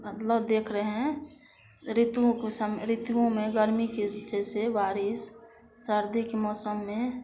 मतलब देख रहे हैं ऋतुओं को सब ऋतुओं में गर्मी के जैसे बारिश सर्दी के मौसम में